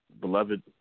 beloved